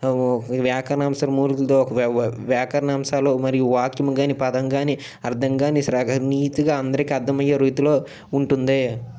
వ్యాకరణంసం ఒక వ్యాకరణాంశాలు మరియు వాక్యం కానీ పదం కానీ అర్థం కానీ శ్రద్ధ నీతిగా అందరికి అర్థమయ్యే రీతిలో ఉంటుంది